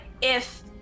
if-